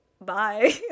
bye